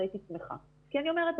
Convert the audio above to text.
הייתי שמחה כי אני אומרת,